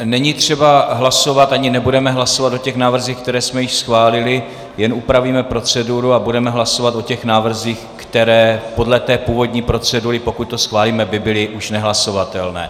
Není třeba hlasovat, ani nebudeme hlasovat o návrzích, které jsme již schválili, jen upravíme proceduru a budeme hlasovat o návrzích, které by podle původní procedury, pokud to schválíme, byly už nehlasovatelné.